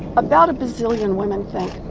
about a bazillion women think,